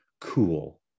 cool